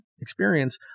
experience